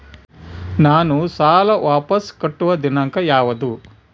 ನಾನು ಸಾಲ ವಾಪಸ್ ಕಟ್ಟುವ ದಿನಾಂಕ ಯಾವುದು?